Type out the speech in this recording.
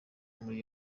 muri